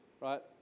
right